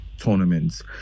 tournaments